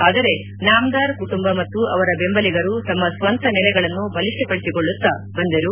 ಆದರೆ ನಾಮ್ದಾರ್ ಕುಟುಂಬ ಮತ್ತು ಅವರ ಬೆಂಬಲಿಗರು ತಮ್ಮ ಸ್ವಂತ ನೆಲೆಗಳನ್ನು ಬಲಿಷ್ಠಪಡಿಸಿಕೊಳ್ಳುತ್ತಾ ಬಂದರು